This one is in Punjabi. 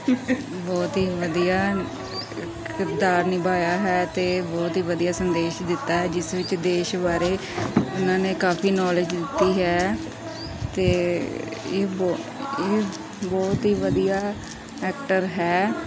ਬਹੁਤ ਹੀ ਵਧੀਆ ਕਿਰਦਾਰ ਨਿਭਾਇਆ ਹੈ ਅਤੇ ਬਹੁਤ ਹੀ ਵਧੀਆ ਸੰਦੇਸ਼ ਦਿੱਤਾ ਹੈ ਜਿਸ ਵਿੱਚ ਦੇਸ਼ ਬਾਰੇ ਉਹਨਾਂ ਨੇ ਕਾਫ਼ੀ ਨੌਲੇਜ ਦਿੱਤੀ ਹੈ ਅਤੇ ਇਹ ਬਹ ਇਹ ਬਹੁਤ ਹੀ ਵਧੀਆ ਐਕਟਰ ਹੈ